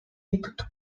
ditut